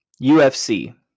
UFC